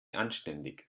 anständig